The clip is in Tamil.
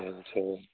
ம் சரி